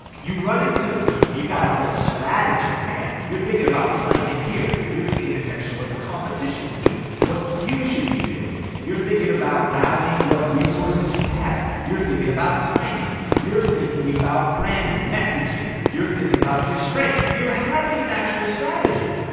you run into it, you've got a whole strategy. you're thinking about flanking here. you're paying attention what the competition's doing. what you should be doing. you're thinking about rallying what resources you have. you're thinking about timing. you're thinking about branding, messaging. you're thinking about your strengths. you're having an actual strategy.